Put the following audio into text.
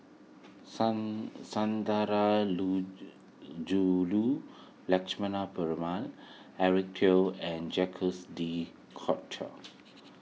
Sun Sun Dara Lu Jew Lu Lakshmana Perumal Eric Teo and Jacques De Coutre